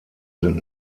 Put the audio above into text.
sind